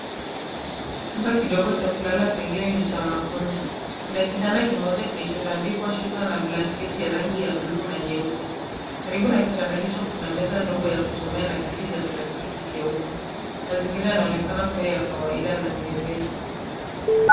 Chumba kidogo cha kulala pengine ni cha wanafunzi. Kina kitanda kimoja kilichotandikwa shuka na blanketi ya rangi ya buluu na nyeupe karibu na kitanda hicho kuna meza ndogo ya kusomea na kiti cha plastiki cheupe. Mazingira yanaonekana kuwa ya kawaida na nyepesi.